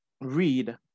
read